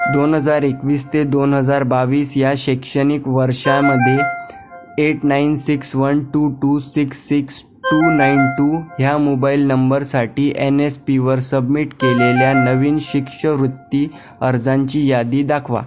दोन हजार एकवीस ते दोन हजार बावीस या शैक्षणिक वर्षामधे eight nine six one two two six six two nine two ह्या मोबाईल नंबरसाठी एन एस पीवर सबमिट केलेल्या नवीन शिष्यवृत्ती अर्जांची यादी दाखवा